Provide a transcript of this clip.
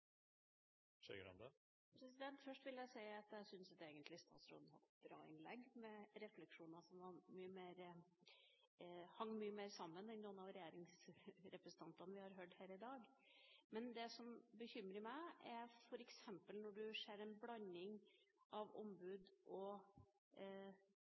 Først vil jeg si at jeg egentlig syns statsråden holdt et bra innlegg, med refleksjoner som hang mye mer sammen enn dem fra noen av regjeringspartienes representanter som vi har hørt her i dag. Men det som bekymrer meg, er når en f.eks. ser en blanding av